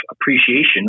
appreciation